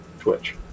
Twitch